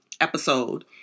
episode